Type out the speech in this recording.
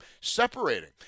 separating